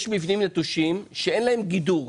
יש מבנים נטושים שאין להם גידור.